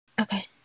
Okay